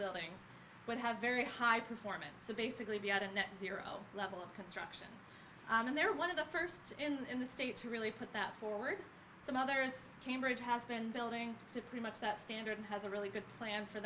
buildings would have very high performance of basically be out a net zero level of construction and they're one of the st in the state to really put that forward some other cambridge has been building to pretty much that standard has a really good plan for